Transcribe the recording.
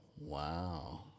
Wow